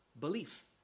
Belief